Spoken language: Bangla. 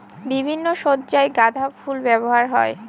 বিভিন্ন সজ্জায় গাঁদা ফুল ব্যবহার হয়